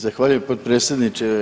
Zahvaljujem potpredsjedniče.